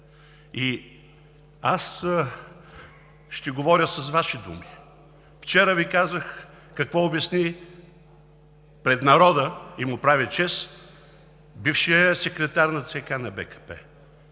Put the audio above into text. Аз ще говоря с Ваши думи. Вчера Ви казах какво обясни пред народа, и му прави чест, бившият секретар на ЦК на БКП,